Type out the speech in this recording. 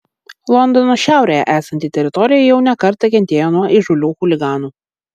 londono šiaurėje esanti teritorija jau ne kartą kentėjo nuo įžūlių chuliganų